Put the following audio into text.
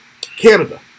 Canada